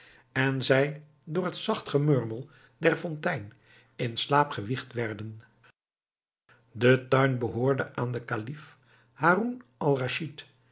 en zij door het zacht gemurmel der fontein in slaap gewiegd werden de tuin behoorde aan den kalif